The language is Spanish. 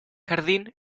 jardín